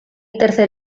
tercer